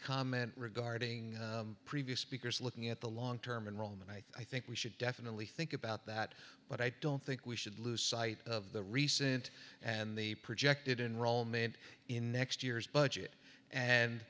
comment regarding previous speakers looking at the long term in rome and i think we should definitely think about that but i don't think we should lose sight of the recent and the projected enroll mint in next year's budget and